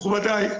מכובדיי,